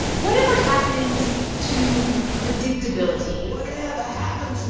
whatever happened to predictability? whatever happened